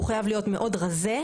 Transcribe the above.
הוא חייב להיות מאוד רזה,